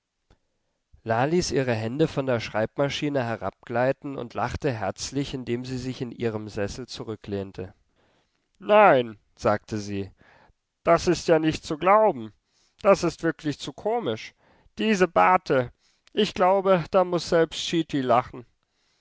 ließ ihre hände von der schreibmaschine herabgleiten und lachte herzlich indem sie sich in ihrem sessel zurücklehnte nein sagte sie das ist ja nicht zu glauben das ist wirklich zu komisch diese bate ich glaube da muß selbst schti lachen